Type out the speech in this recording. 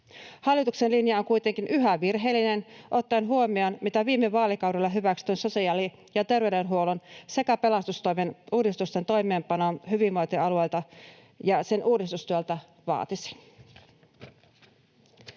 Hallituksen linja on kuitenkin yhä virheellinen ottaen huomioon, mitä viime vaalikaudella hyväksyttyjen sosiaali- ja terveydenhuollon sekä pelastustoimen uudistusten toimeenpano hyvinvointialueilta ja niiden uudistustyöltä vaatisi.